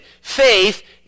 faith